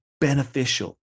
beneficial